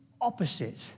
opposite